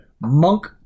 monk